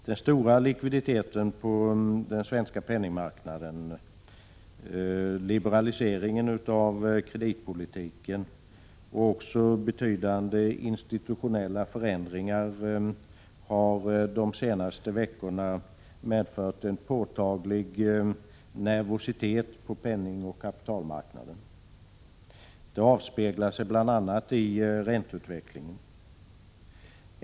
Den stora likviditeten på den svenska penningmarknaden, liberaliseringen av kreditpolitiken och också betydande institutionella förändringar har de senaste veckorna medfört en påtaglig nervositet på penningoch kapitalmarknaden. Det avspeglar sig bl.a. i ränteutvecklingen.